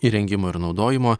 įrengimo ir naudojimo